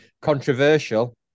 Controversial